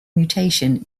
mutation